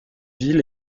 ville